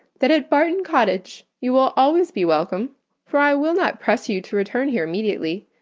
that at barton cottage you will always be welcome for i will not press you to return here immediately,